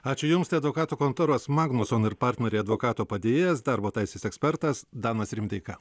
ačiū jums tai advokatų kontoros magnuson ir partneriai advokato padėjėjas darbo teisės ekspertas danas rimdeika